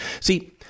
See